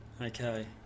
Okay